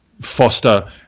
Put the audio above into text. foster